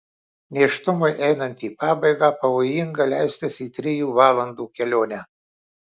nėštumui einant į pabaigą pavojinga leistis į trijų valandų kelionę